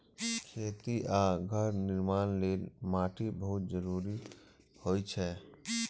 खेती आ घर निर्माण लेल माटि बहुत जरूरी होइ छै